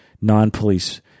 non-police